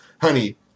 honey